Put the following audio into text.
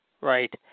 Right